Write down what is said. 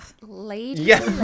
lady